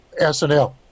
SNL